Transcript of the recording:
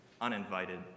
uninvited